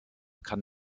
kann